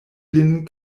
lin